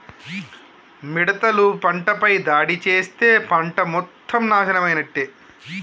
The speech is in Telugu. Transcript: మిడతలు పంటపై దాడి చేస్తే పంట మొత్తం నాశనమైనట్టే